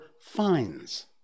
fines